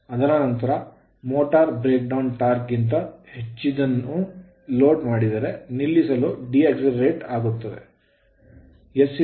ಅದರ ನಂತರ motor breakdown torque ಸ್ಥಗಿತ ಟಾರ್ಕ್ ಗಿಂತ ಹೆಚ್ಚಿನದನ್ನು ಲೋಡ್ ಮಾಡಿದರೆ ನಿಲ್ಲಿಸಲು decelerate ಡಿಸೆಲೆರೇಟ್ ಆಗುತ್ತದೆ